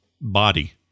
body